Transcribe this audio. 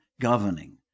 governing